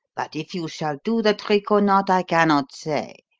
but if you shall do the trick or not, i cannot say.